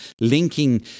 linking